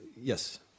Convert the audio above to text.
Yes